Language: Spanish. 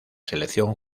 selección